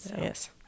Yes